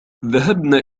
ذهبنا